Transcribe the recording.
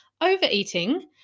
overeating